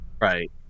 Right